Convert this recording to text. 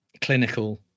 clinical